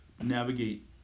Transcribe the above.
navigate